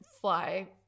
fly